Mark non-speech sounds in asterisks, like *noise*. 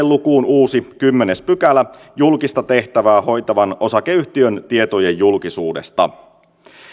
*unintelligible* lukuun uusi kymmenes pykälä julkista tehtävää hoitavan osakeyhtiön tietojen julkisuudesta